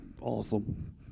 awesome